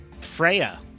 freya